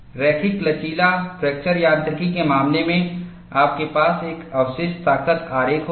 रैखिक लचीला फ्रैक्चर यांत्रिकी के मामले में आपके पास एक पारिश्रमिक शक्ति आरेख होगा